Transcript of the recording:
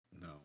No